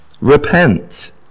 Repent